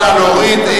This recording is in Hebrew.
נא להוריד.